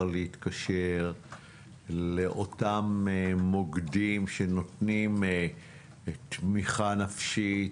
להתקשר לאותם מוקדים שנותנים תמיכה נפשית,